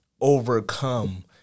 overcome